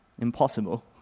impossible